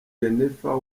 jennifer